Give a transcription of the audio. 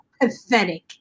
Pathetic